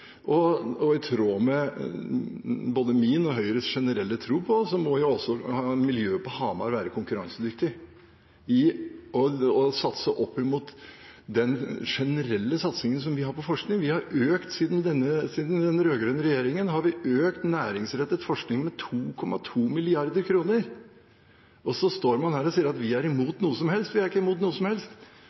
satsing, og i tråd med både min og Høyres generelle tro må også miljøet på Hamar være konkurransedyktig og satse opp mot den generelle satsingen som vi har på forskning. Siden den rød-grønne regjeringen har vi økt næringsrettet forskning med 2,2 mrd. kr. Og så står man her og sier at vi er imot noe. Vi er ikke imot noe som helst,